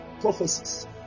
prophecies